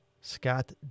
Scott